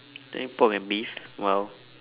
think pork and beef !wow!